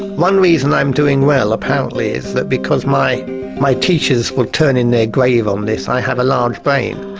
one reason i'm doing well apparently is that because my my teachers will turn in their grave on this i have a large brain.